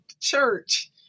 church